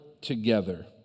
together